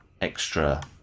extra